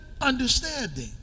understanding